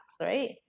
right